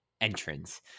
entrance